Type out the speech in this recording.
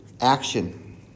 Action